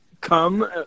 come